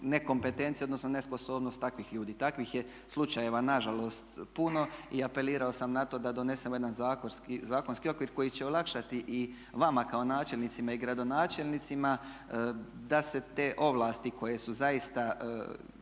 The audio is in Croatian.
nekompetencije odnosno nesposobnost takvih ljudi. Takvih je slučajeva nažalost puno i apelirao sam na to da donesemo jedan zakonski okvir koji će olakšati i vama kao načelnicima i gradonačelnicima da se te ovlasti koje su zaista